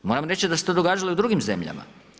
Moram reći da se to događalo i u drugim zemljama.